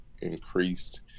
increased